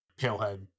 Palehead